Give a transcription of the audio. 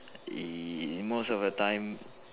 in most of the time